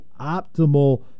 optimal